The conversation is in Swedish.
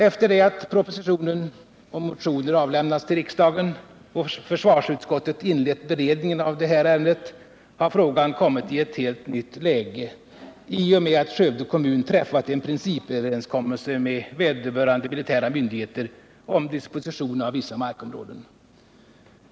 Efter det att proposition och motioner avlämnats till riksdagen och försvarsutskottet inlett beredningen av detta ärende har frågan kommit i ett helt nytt läge, i och med att Skövde kommun träffat en principöverenskommelse med vederbörande militära myndigheter om disposition av vissa markområden.